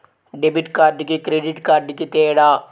Debit కార్డుకి credit కార్డుకి తేడా?